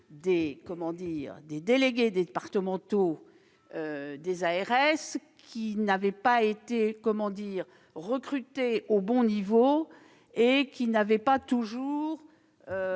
des délégués départementaux des ARS n'ont pas été recrutés au bon niveau et n'ont pas toujours